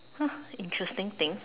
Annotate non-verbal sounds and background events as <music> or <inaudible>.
<noise> interesting thing